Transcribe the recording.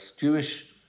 jewish